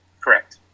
Correct